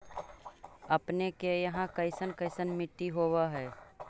अपने के यहाँ कैसन कैसन मिट्टी होब है?